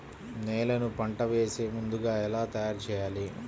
నేలను పంట వేసే ముందుగా ఎలా తయారుచేయాలి?